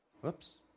Whoops